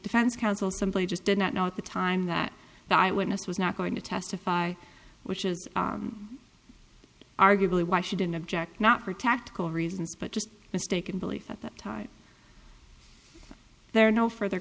defense counsel somebody just did not know at the time that that witness was not going to testify which is arguably why she didn't object not for tactical reasons but just mistaken belief at that time there are no further